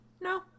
No